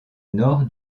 nord